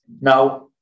Now